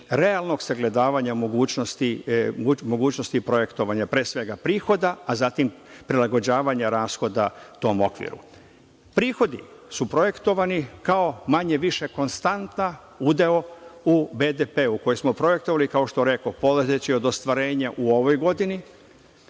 realnog sagledavanja mogućnosti projektovanja, pre svega prihoda, a zatim prilagođavanja rashoda tom okviru. Prihodi su projektovani kao manje više konstanta udeo u BDP, koji smo projektovali, kao što rekoh, polazeći od ostvarenja u ovoj godini,